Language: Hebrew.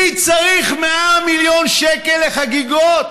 מי צריך 100 מיליון שקל לחגיגות?